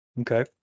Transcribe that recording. Okay